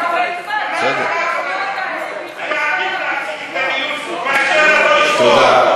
היה עדיף להפסיק את הדיון מאשר לבוא,